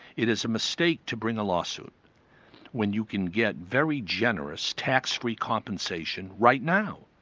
it is a mistake to bring a lawsuit when you can get very generous, tax-free compensation right now.